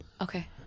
Okay